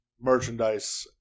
merchandise